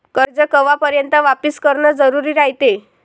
कर्ज कवापर्यंत वापिस करन जरुरी रायते?